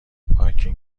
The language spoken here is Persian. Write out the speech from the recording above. پارکینگ